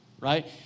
Right